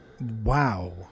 Wow